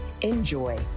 Enjoy